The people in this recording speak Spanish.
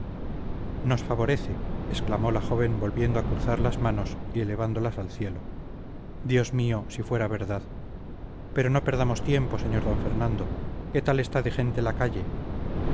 nos favorece exclamó la joven volviendo a cruzar las manos y elevándolas al cielo dios mío si fuera verdad pero no perdamos tiempo sr d fernando qué tal está de gente la calle